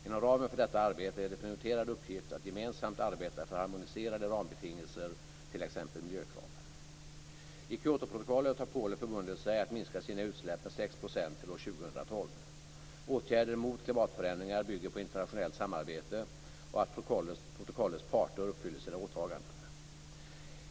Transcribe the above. Inom ramen för detta arbete är det en prioriterad uppgift att gemensamt arbeta för harmoniserade rambetingelser, t.ex. miljökrav. I Kyotoprotokollet har Polen förbundit sig att minska sina utsläpp med 6 % till år 2012. Åtgärder mot klimatförändringar bygger på internationellt samarbete och att protokollets parter uppfyller sina åtaganden.